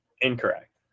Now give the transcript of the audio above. incorrect